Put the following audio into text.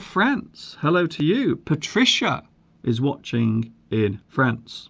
france hello to you patricia is watching in france